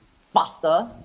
faster